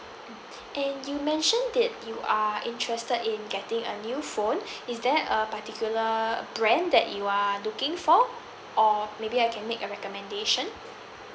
and you mentioned that you are interested in getting a new phone is there a particular brand that you are looking for or maybe I can make a recommendation